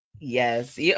Yes